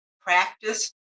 practice